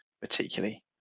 particularly